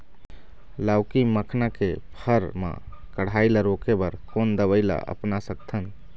लाउकी मखना के फर मा कढ़ाई ला रोके बर कोन दवई ला अपना सकथन?